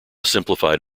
simplified